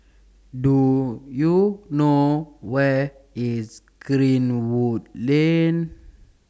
Do YOU know Where IS Greenwood Lane